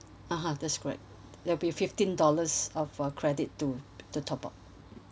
(uh huh) that's correct there'll be fifteen dollars of uh credit to to top up